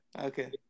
okay